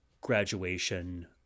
graduation